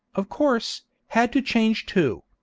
of course, had to change too.